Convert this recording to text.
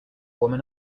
woman